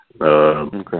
Okay